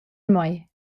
mei